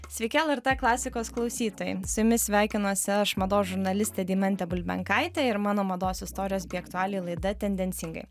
sveiki lrt klasikos klausytojai su jumis sveikinuosi aš mados žurnalistė deimantė bulbenkaitė ir mano mados istorijos bei aktualijų laida tendencingai